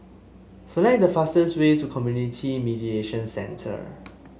select the fastest way to Community Mediation Centre